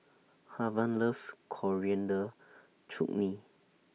Haven loves Coriander Chutney